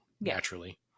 naturally